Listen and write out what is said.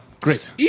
Great